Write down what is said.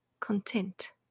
content